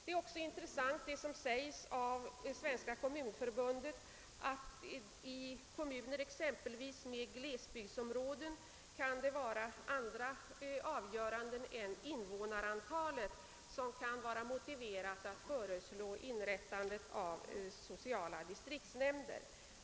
Det är också intressant att se att Svenska kommunförbundet säger att det i kommuner exempelvis i glesbygdsområden kan vara motiverat av andra omständigheter än invånarantalet att föreslå inrättande av sociala distriktsnämnder.